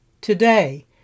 Today